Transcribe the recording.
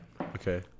Okay